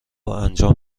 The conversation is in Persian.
انجام